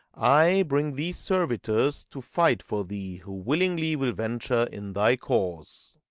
i bring these servitors to fight for thee, who willingly will venture in thy cause.